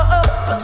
up